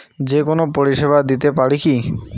যে কোনো পরিষেবা দিতে পারি কি?